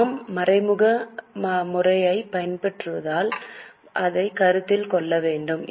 நாம் மறைமுக முறையைப் பின்பற்றுவதால் அதைக் கருத்தில் கொள்ள வேண்டும்